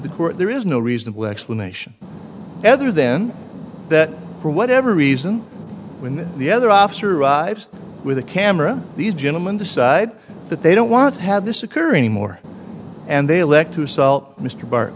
the court there is no reasonable explanation other than that for whatever reason when the other officer arrives with a camera these gentlemen decide that they don't want had this occur anymore and they elect to sell mr bart